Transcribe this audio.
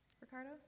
Ricardo